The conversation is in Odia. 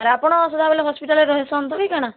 ଆପଣ ସଦାବେଳେ ହସ୍ପିଟାଲ୍ରେ ରହିସନ୍ ତ କି କାଣା